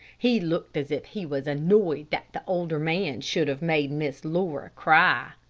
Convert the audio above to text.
he looked as if he was annoyed that the older man should have made miss laura cry.